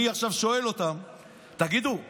אני עכשיו שואל אותם: תגידו,